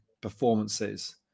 performances